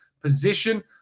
position